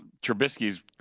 Trubisky's